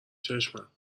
چشمم